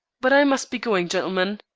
but i must be going, gentlemen.